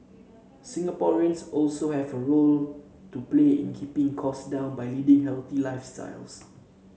Singaporeans also have a role to play in keeping cost down by leading healthy lifestyles